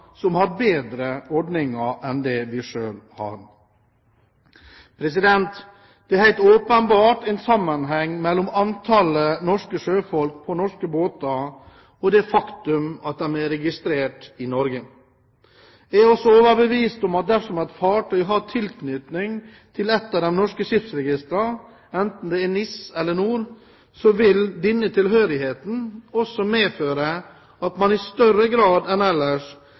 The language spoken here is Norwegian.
som har bedre ordninger enn det vi selv har. Det er helt åpenbart en sammenheng mellom antallet norske sjøfolk på norske båter og det faktum at de er registrert i Norge. Jeg er også overbevist om at dersom et fartøy har tilknytning til et av de norske skipsregistrene, enten det er NIS eller NOR, så vil denne tilhørigheten også medføre at man i større grad enn ellers